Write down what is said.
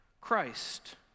Christ